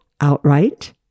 outright